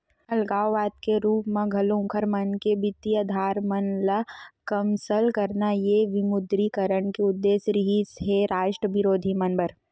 अलगाववाद के रुप म घलो उँखर मन के बित्तीय अधार मन ल कमसल करना ये विमुद्रीकरन के उद्देश्य रिहिस हे रास्ट बिरोधी मन बर